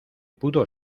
pudo